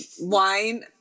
wine